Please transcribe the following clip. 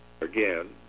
Again